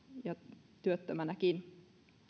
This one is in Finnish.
ja työttömänäkin